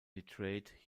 nitrate